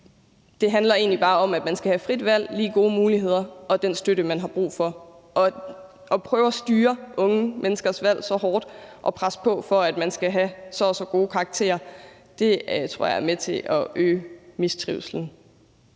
at det egentlig bare handler om, at man skal have frit valg, lige gode muligheder og den støtte, man har brug for. At prøve at styre unge menneskers valg så hårdt og presse på, for at de skal få så og så gode karakterer, tror jeg er med til at øge mistrivslen.